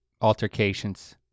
altercations